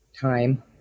time